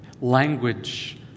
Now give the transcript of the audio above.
language